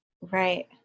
right